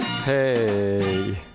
hey